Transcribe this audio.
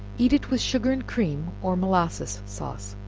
eat it with sugar and cream, or molasses sauce.